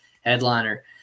headliner